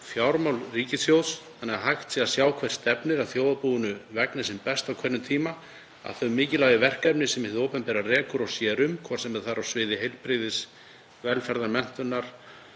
fjármál ríkissjóðs þannig að hægt sé að sjá hvert stefnir, að þjóðarbúinu vegni sem best á hverjum tíma, að þau mikilvægu verkefni sem hið opinbera rekur og sér um, hvort sem það er á sviði heilbrigðis, velferðar, menntunar,